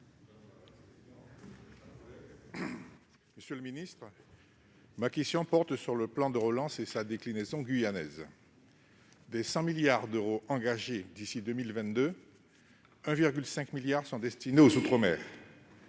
Monsieur le ministre des outre-mer, ma question porte sur le plan de relance et sa déclinaison guyanaise. Sur les 100 milliards d'euros engagés d'ici à 2022, 1,5 milliard sont destinés aux outre-mer.